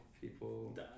People